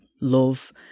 love